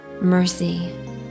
mercy